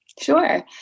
Sure